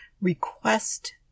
request